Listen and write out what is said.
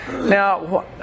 Now